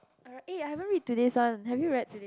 err I haven't read today's one have you read today